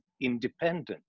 independent